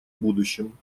будущем